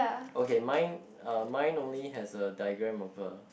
okay mine uh mine only has a diagram of a